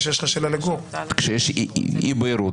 כשיש אי-בהירות,